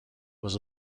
was